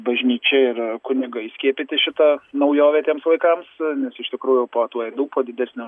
bažnyčia ir kunigai skiepyti šitą naujovę tiems laikams nes iš tikrųjų po atlaidų po didesnio